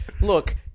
Look